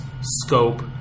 scope